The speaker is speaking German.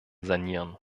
sanieren